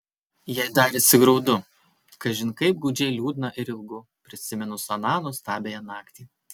jai darėsi graudu kažin kaip gūdžiai liūdna ir ilgu prisiminus aną nuostabiąją naktį